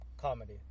comedy